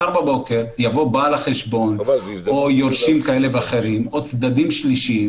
מחר בבוקר יבוא בעל החשבון או יורשים כאלה ואחרים או צדדים שלישיים,